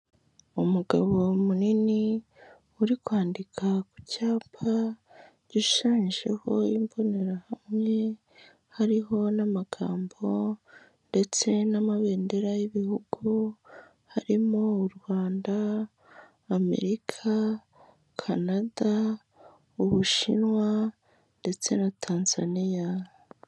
Umugabo munini, uri kwandika ku cyapa, gishushanyijeho imbonerahamwe, hari n'amagambo ndetse n'amabendera y'ibihugu harimo u Rwanda, Amerika, Canada u Bushinwa ndetse na Tanzania.